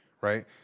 right